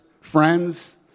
friends